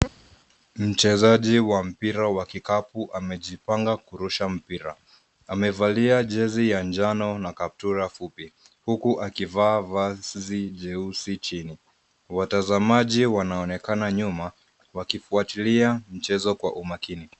Mchezaji wa mpira wa kikapu amejipanga kurusha mpira. Amevalia jezi ya njano na kaptura fupi huku akivaa vazi jeusi chini. Watazamaji wanaonekana nyuma wakifuatilia mchezo kwa umakini.